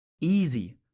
Easy